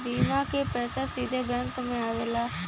बीमा क पैसा सीधे बैंक में आवेला का?